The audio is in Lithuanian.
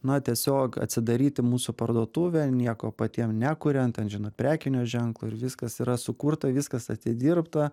na tiesiog atsidaryti mūsų parduotuvę nieko patiem nekuriant ten žinot prekinio ženklo ir viskas yra sukurta viskas atidirbta